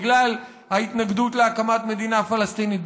בגלל ההתנגדות להקמת מדינה פלסטינית,